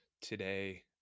Today